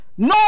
No